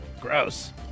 Gross